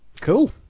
cool